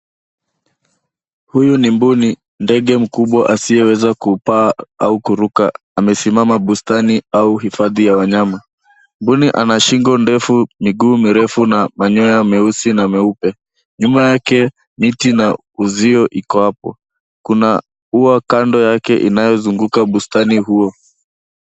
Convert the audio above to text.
Huyu ni mbuni ndege asiye weza kupaa ama kuruka amesimama bustani au hifathi ya wanyama. Mbuni ana shingi ndefu, miguu refu na manyoya mesi na meupe. Nyuma yake miti na uzio ilo hapo. Kuna ua kando yake inayozunguka bustani huo.